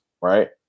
right